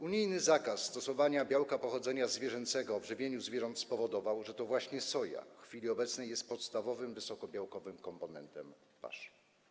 Unijny zakaz stosowania białka pochodzenia zwierzęcego w żywieniu zwierząt spowodował, że to właśnie soja w chwili obecnej jest podstawowym wysokobiałkowym komponentem pasz.